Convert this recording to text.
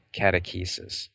catechesis